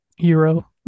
hero